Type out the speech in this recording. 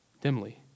dimly